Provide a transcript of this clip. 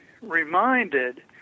reminded